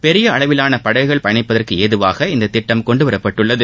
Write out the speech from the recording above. பெரிய அளவிலான படகுகள் பயணிப்பதற்கு ஏதுவாக இந்த திட்டம் கொண்டுவரப்பட்டுள்ளது